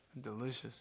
Delicious